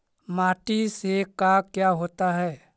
माटी से का क्या होता है?